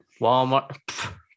Walmart